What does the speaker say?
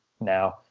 now